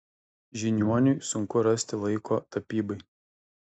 žiniuoniui sunku rasti laiko tapybai